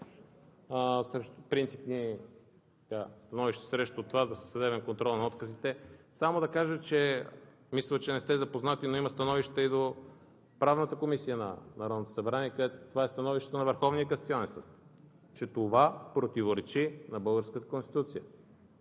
принципни становища срещу това да си съдебен контрол на отказите? Само да кажа, мисля, че не сте запознати, но има становище и до Правната комисия на Народното събрание, където това е становището на Върховния касационен съд, че това противоречи на българската Конституция.